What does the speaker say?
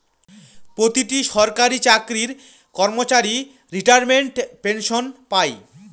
প্রতিটি সরকারি চাকরির কর্মচারী রিটায়ারমেন্ট পেনসন পাই